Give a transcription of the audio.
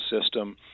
system